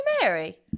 Mary